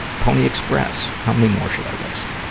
pony express. how many more should i list?